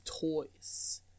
toys